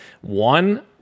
One